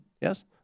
Yes